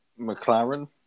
McLaren